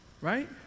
right